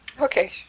Okay